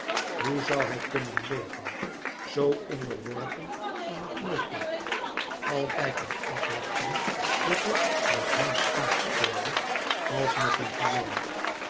hoe zoû hij kunnen leven zoo onderworpen aan het noodlot altijd in afwachting dat het met hem schaakspeelde als met een pion